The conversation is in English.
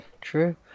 true